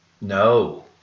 No